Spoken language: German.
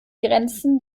grenzen